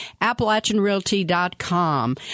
AppalachianRealty.com